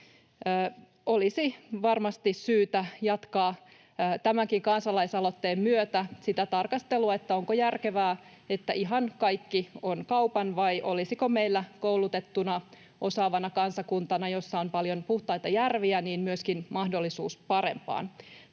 Olisi varmasti syytä jatkaa tämänkin kansalaisaloitteen myötä sitä tarkastelua, onko järkevää, että ihan kaikki on kaupan, vai olisiko meillä koulutettuna, osaavana kansakuntana, jossa on paljon puhtaita järviä, myöskin mahdollisuus parempaan.